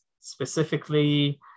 specifically